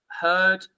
Heard